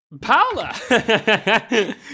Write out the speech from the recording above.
paula